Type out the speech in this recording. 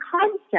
concept